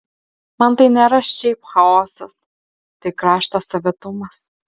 man tai nėra šiaip chaosas tai krašto savitumas